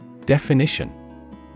Definition